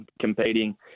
competing